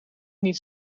niet